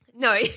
No